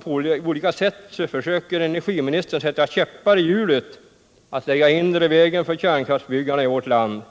På olika sätt försöker energiministern sätta käppar i hjulet, lägga hinder i vägen för kärnkraftsbyggarna i vårt land.